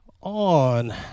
on